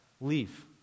leave